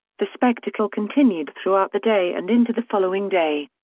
the spectacle continued throughout the day and into the following day.